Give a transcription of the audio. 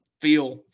feel